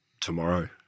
tomorrow